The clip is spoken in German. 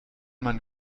man